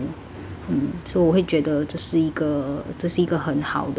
um so 我会觉得这是一个这是一个很好的